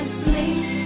sleep